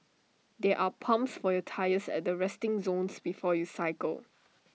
there are pumps for your tyres at the resting zone before you cycle